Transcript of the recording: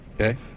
okay